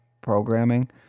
programming